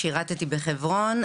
שירתי בחברון.